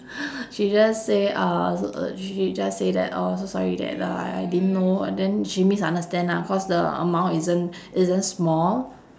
she just say uh so uh she just say that oh so sorry that uh I didn't know and then she misunderstand ah cause the amount isn't isn't small